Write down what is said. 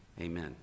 amen